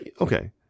Okay